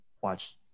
watch